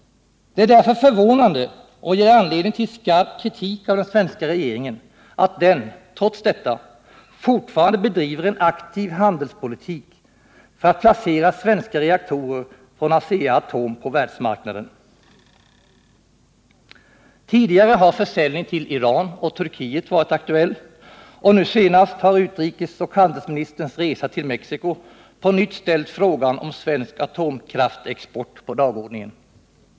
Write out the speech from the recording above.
Det är därför förvånande och ger anledning till skarp kritik av den svenska regeringen att den, trots detta, fortfarande bedriver en aktiv handelspolitik för att placera svenska reaktorer från Asea-Atom på världsmarknaden. Tidigare har försäljning till Iran och Turkiet varit aktuell, och nu senast har utrikesministerns och handelsministerns resa till Mexico på nytt ställt frågan om svensk atomkraftexport på dagordningen.